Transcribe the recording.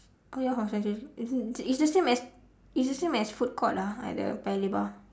oh ya hor century is it's the same as it's same as food court lah at the paya-lebar